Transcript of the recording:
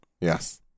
Yes